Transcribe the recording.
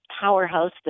powerhouse